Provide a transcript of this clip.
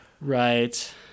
Right